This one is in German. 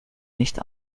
nicht